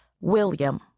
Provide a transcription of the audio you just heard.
William